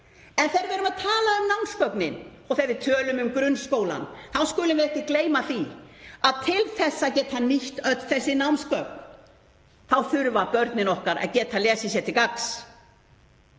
En þegar við tölum um námsgögnin og þegar við tölum um grunnskólann þá skulum við ekki gleyma því að til þess að geta nýtt öll þessi námsgögn þá þurfa börnin okkar að geta lesið sér til gagns.